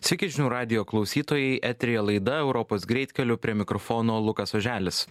sveiki žinių radijo klausytojai eteryje laida europos greitkeliu prie mikrofono lukas oželis